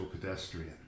pedestrian